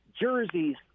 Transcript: jerseys